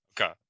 Okay